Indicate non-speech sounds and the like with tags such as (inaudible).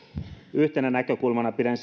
yhtenä näkökulmana pidän (unintelligible)